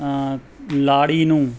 ਲਾੜੀ ਨੂੰ